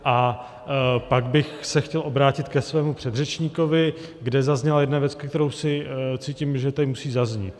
A pak bych se chtěl obrátit ke svému předřečníkovi, kde zazněla jedna věc, o které cítím, že musí zaznít.